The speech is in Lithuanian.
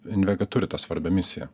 invega turi tą svarbią misiją